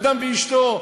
אדם ואשתו,